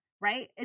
right